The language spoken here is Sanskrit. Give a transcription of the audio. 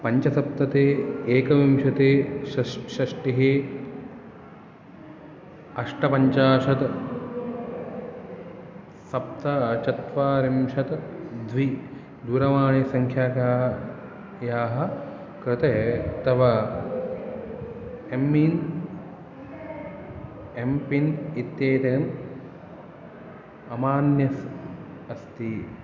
पञ्चसप्तति एकविंशति षश् षष्टिः अष्टपञ्चाशत् सप्तचत्वारिंशत् द्वि दूरवाणीसङ्ख्यायाः कृते तव एम्मिन् एम्पिन् इत्येतत् अमान्यम् अस्ति